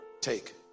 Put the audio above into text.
take